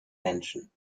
menschen